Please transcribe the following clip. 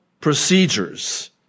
procedures